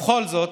ובכל זאת,